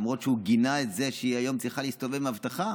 למרות שהוא גינה את זה שהיא היום צריכה להסתובב עם אבטחה.